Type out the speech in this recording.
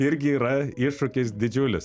irgi yra iššūkis didžiulis